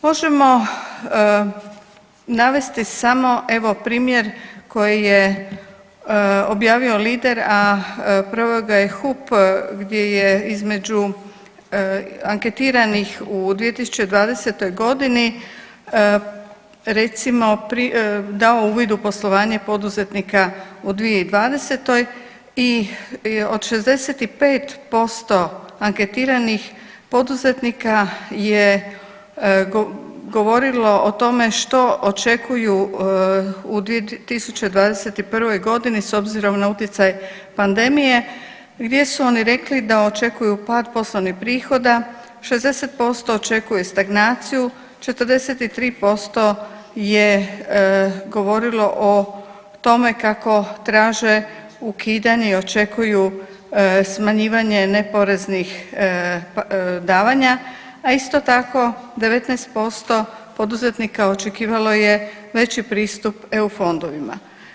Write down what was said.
Možemo navesti samo evo primjer koji je objavio Lider, a proveo ga je HUP gdje je između anketiranih u 2020. godinu recimo dao uvid u poslovanje poduzetnika u 2020. i od 65% anketiranih poduzetnika je govorilo o tome što očekuju u 2021. godini s obzirom na utjecaj pandemije gdje su oni rekli da očekuju pad poslovnih prihoda, 60% očekuje stagnaciju, 43% je govorilo o tome kako traže ukidanje i očekuju smanjivanje neopreznih davanja, a isto tako 19% poduzetnika očekivalo je veći pristup EU fondovima.